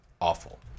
awful